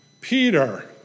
Peter